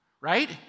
Right